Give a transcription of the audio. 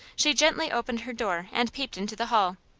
she gently opened her door and peeped into the hall.